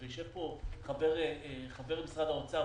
הצעתו של חבר הכנסת מיקי לוי,